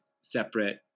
separate